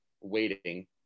waiting